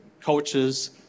coaches